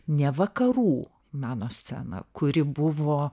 ne vakarų meno sceną kuri buvo